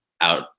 out